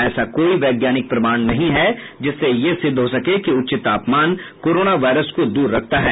ऐसा कोई वैज्ञानिक प्रमाण नहीं है जिससे यह सिद्ध हो सके कि उच्च तापमान कोरोना वायरस को दूर रखता है